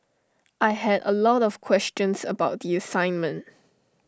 I had A lot of questions about the assignment